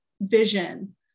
vision